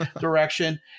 direction